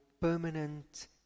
permanent